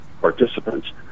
participants